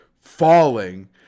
falling